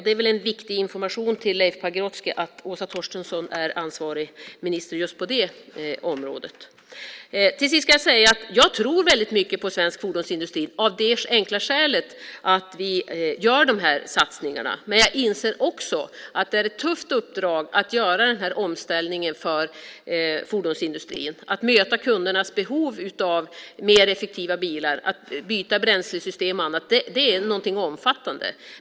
Det är väl en viktig information till Leif Pagrotsky att Åsa Torstensson är ansvarig minister just på det området. Till sist ska jag säga att jag tror väldigt mycket på svensk fordonsindustri och att vi av det enkla skälet gör de här satsningarna. Men jag inser också att det är ett tufft uppdrag att göra den här omställningen för fordonsindustrin. Att möta kundernas behov av mer effektiva bilar, att byta bränslesystem och annat är någonting omfattande.